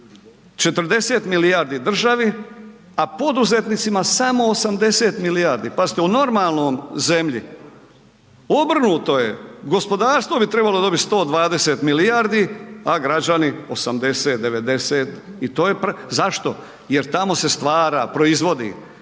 40 milijardi državi, a poduzetnicima samo 80 milijardi. Pazite u normalnoj zemlji, obrnuto je gospodarstvo bi trebalo dobiti 120 milijardi, a građani 80, 90. Zašto? Jer tamo se stvara proizvodi.